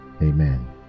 Amen